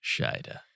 Shida